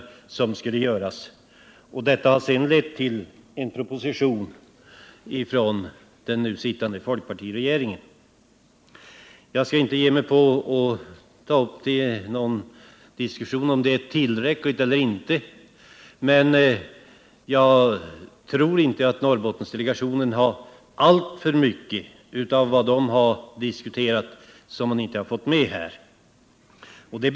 Dessa förslag har i sin tur resulterat i en proposition från den nu sittande folkpartiregeringen. Jag skall inte ge mig in på någon diskussion huruvida de föreslagna anslagen är tillräckliga eller inte, men jag tror inte att det är allför många av Norrbottensdelegationens förslag som inte finns med i propositionen.